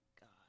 God